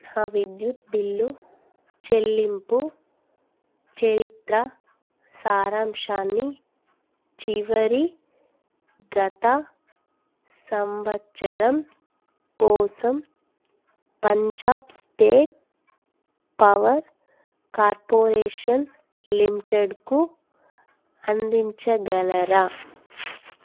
నా విద్యుత్ బిల్లు చెల్లింపు చరిత్ర సారాంశాన్ని చివరి గత సంవత్సరం కోసం పంజాబ్ స్టేట్ పవర్ కార్పొరేషన్ లిమిటెడ్కు అందించగలరా